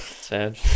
Sad